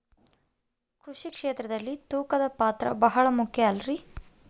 ಕೃಷಿ ಕ್ಷೇತ್ರದಲ್ಲಿ ತೂಕದ ಪಾತ್ರ ಬಹಳ ಮುಖ್ಯ ಅಲ್ರಿ?